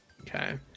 Okay